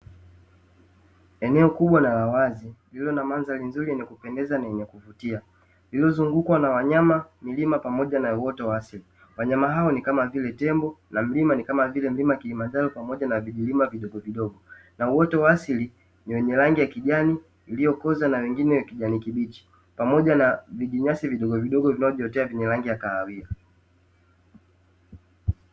Eneo kubwa na la wazi ilililo na mandhari nzuri yenye kupendeza na yenye kuvutia, iliyozungukwa na wanyama, milima pamoja na uoto wa asili. Wanyama hao ni kama vile tembo na mlima ni kama vile mlima Kilimanjaro pamoja na vijilima vidogovidogo na uoto wa asili ni wenye rangi ya kijani iliyokoza na lingine kijani kibichi pamoja na vijinyasi vidogovidogo vinavyojiotea vyenye rangi ya kahawia.